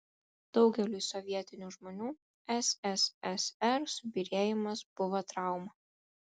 daugeliui sovietinių žmonių sssr subyrėjimas buvo trauma